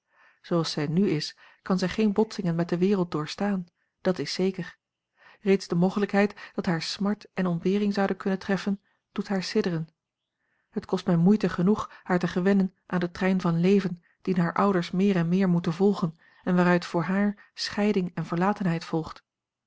zooals zij n is kan zij geene botsingen met de wereld doorstaan dat is zeker reeds de mogelijkheid dat haar smart en ontbering zouden kunnen treffen doet haar sidderen het kost mij moeite genoeg haar te gewennen aan den trein van leven dien hare ouders meer en meer moeten volgen en waaruit voor haar scheiding en verlatenheid volgt